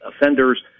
offenders